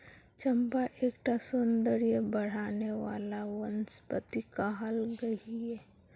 चंपा एक टा सौंदर्य बढाने वाला वनस्पति कहाल गहिये